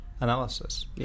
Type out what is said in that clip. analysis